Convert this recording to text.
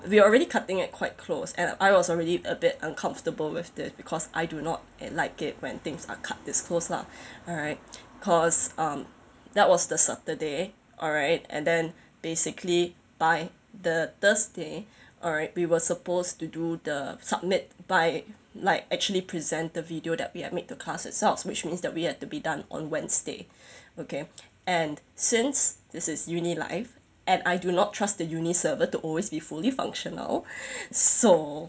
we already cutting it quite close and I was already a bit uncomfortable with it because I do not like it when things are cut this close lah alright cause um that was the saturday alright and then basically by the thursday alright we were supposed to do the submit by like like actually present the video that we had made to class itself which means that we had to be done on wednesday okay and since this is uni life and I do not trust the uni server to always be fully functional so